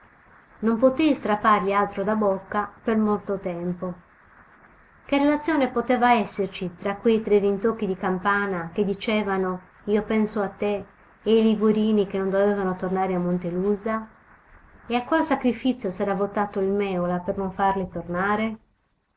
non potei strappargli altro di bocca per molto tempo che relazione poteva esserci tra quei tre rintocchi di campana che dicevano io penso a te e i liguorini che non dovevano tornare a montelusa e a qual sacrifizio s'era votato il mèola per non farli tornare